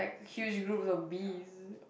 like huge groups of bees